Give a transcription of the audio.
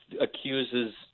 accuses